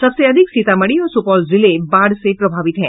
सबसे अधिक सीतामढ़ी और सुपौल जिले बाढ़ से प्रभावित हैं